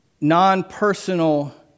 non-personal